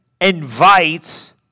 invites